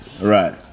Right